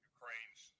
Ukraine's